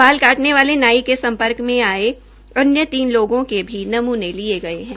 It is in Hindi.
बाल काटने नाई के सम्पर्क में आये तीन लोगों के भी नमूने लिये गये है